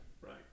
Right